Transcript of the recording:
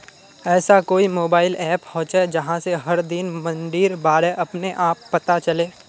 ऐसा कोई mobile app होचे जहा से हर दिन मंडीर बारे अपने आप पता चले?